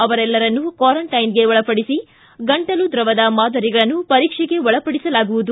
ಅವರೆಲ್ಲರನ್ನೂ ಕ್ವಾರಂಟೈನ್ ಗೆ ಒಳಪಡಿಸಿ ಗಂಟಲು ದ್ರವದ ಪ್ರಯೋಗಾಲಯದ ಮಾದರಿಗಳನ್ನು ಪರೀಕ್ಷೆಗೆ ಒಳಪಡಿಸಲಾಗುವುದು